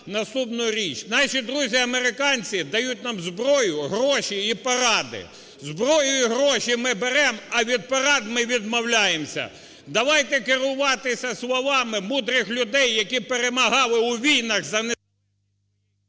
наступну річ: "Наші друзі американці дають нам зброю, гроші і поради. Зброю і гроші ми беремо, а від порад ми відмовляємося." Давайте керуватися словами мудрих людей, які перемагали у війнах за…